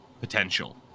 potential